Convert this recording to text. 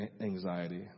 anxiety